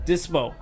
Dispo